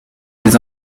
les